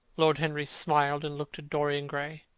lord henry smiled and looked at dorian gray.